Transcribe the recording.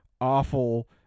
awful